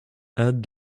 add